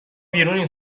بیرونین